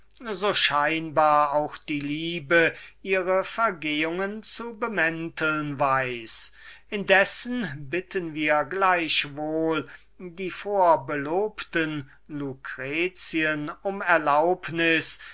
so scheinbar auch immer die liebe ihre vergehungen zu bemänteln weiß indessen bitten wir doch die vorbelobten lukretien um